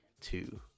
two